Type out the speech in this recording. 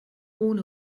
ohne